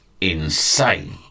insane